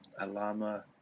Alama